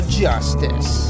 justice